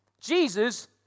Jesus